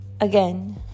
again